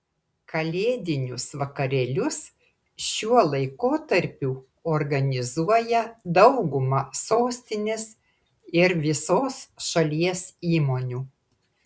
kalėdinius vakarėlius šiuo laikotarpiu organizuoja dauguma sostinės ir visos šalies įmonių